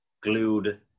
glued